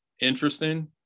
interesting